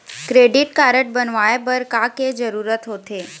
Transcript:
Credit card बनवाए बर का के जरूरत होते?